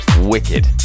wicked